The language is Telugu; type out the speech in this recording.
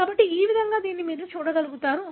కాబట్టి ఈ విధంగా మీరు దానిని చూడగలుగుతారు